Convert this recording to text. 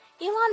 Elon